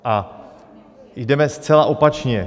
My jdeme zcela opačně.